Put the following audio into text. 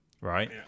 right